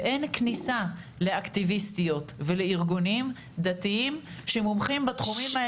ואין כניסה לאקטיביסטיות ולארגונים דתיים שמומחים בתחומים האלה.